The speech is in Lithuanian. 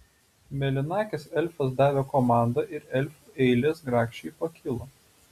mėlynakis elfas davė komandą ir elfų eilės grakščiai pakilo